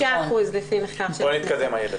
6% לפי מחקר --- בואי נתקדם, אילת.